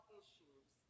issues